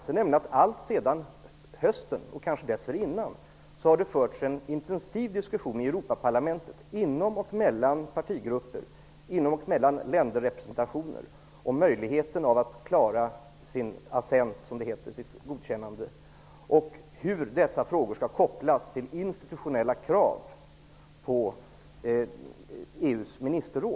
Det har nämligen alltsedan hösten, kanske dessförinnan, förts en intensiv diskussion i Europaparlamentet, inom och mellan partigrupper, inom och mellan länderrepresentationer, om möjligheten att klara sitt godkännande och hur dessa frågor skall kopplas till institutionella krav på EU:s ministerråd.